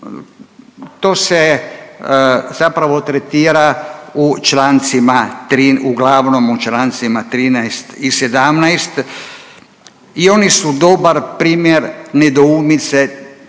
to se zapravo tretira u člancima uglavnom u člancima 13. i 17. i oni su dobar primjer nedoumice